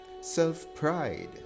self-pride